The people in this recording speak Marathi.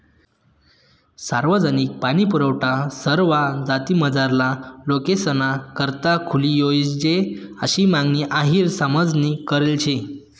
सार्वजनिक पाणीपुरवठा सरवा जातीमझारला लोकेसना करता खुली जोयजे आशी मागणी अहिर समाजनी करेल शे